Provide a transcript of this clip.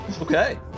Okay